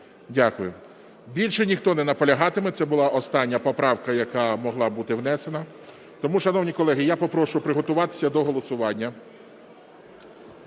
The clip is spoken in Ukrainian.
Дякую. Більше ніхто не наполягатиме. Це була остання поправка, яка могла бути внесена. Тому, шановні колеги, я попрошу приготуватися до голосування.